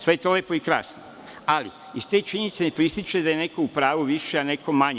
Sve je to lepo i krasno, ali iz te činjenice ne proističe da je neko u pravu više, a neko manje.